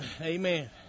Amen